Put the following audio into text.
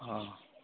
অঁ